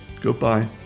Goodbye